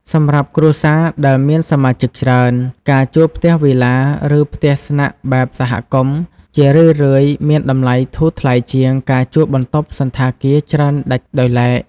សម្រាប់គ្រួសារដែលមានសមាជិកច្រើន ការជួលផ្ទះវិឡា ឬផ្ទះស្នាក់បែបសហគមន៍ ជារឿយៗមានតម្លៃធូរថ្លៃជាងការជួលបន្ទប់សណ្ឋាគារច្រើនដាច់ដោយឡែក។